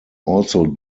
also